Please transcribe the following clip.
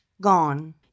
gone